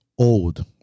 old